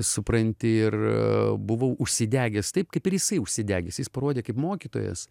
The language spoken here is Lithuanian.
supranti ir buvau užsidegęs taip kaip ir jisai užsidegęs jis parodė kaip mokytojas